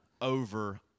over